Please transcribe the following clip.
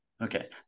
Okay